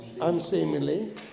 unseemly